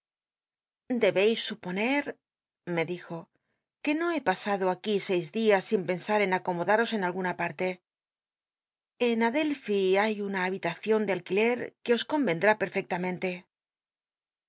dcbeis supone me di jo que no he pasado aquí seis días sin pensm en acomodaros en alguna pate en adclphi hay una habitacion de alcjuile que os con